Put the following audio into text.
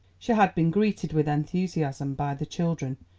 she had been greeted with enthusiasm by the children,